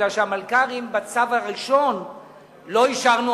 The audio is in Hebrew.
כי למלכ"רים לא אישרנו